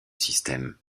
système